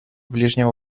ближнего